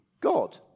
God